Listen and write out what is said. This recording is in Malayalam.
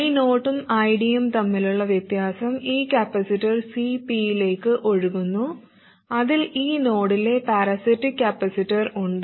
I0 ഉം ID യും തമ്മിലുള്ള വ്യത്യാസം ഈ കപ്പാസിറ്റർ Cp യിലേക്ക് ഒഴുകുന്നു അതിൽ ഈ നോഡിലെ പാരാസൈറ്റിക് കപ്പാസിറ്റർ ഉണ്ട്